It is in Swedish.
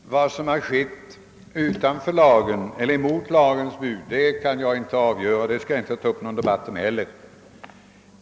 Herr talman! Vad som har skett utanför lagen eller mot lagens bestämmelser kan jag inte ta upp någon debatt om.